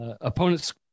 opponent's